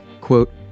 Quote